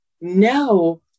no